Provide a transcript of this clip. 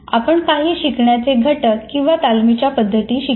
आपण काही शिकवण्याचे घटक किंवा तालमीच्या पद्धती शिकल्या